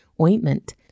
ointment